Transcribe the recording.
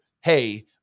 Hey